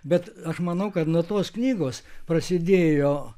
bet aš manau kad nuo tos knygos prasidėjo